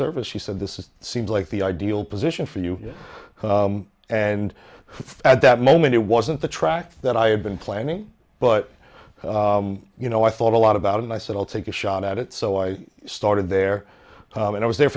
service she said this is seems like the ideal position for you and at that moment it wasn't the track that i had been planning but you know i thought a lot about and i said i'll take a shot at it so i started there and i was there